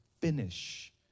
finish